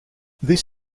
this